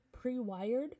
pre-wired